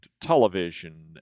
television